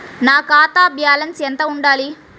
నా ఖాతా బ్యాలెన్స్ ఎంత ఉండాలి?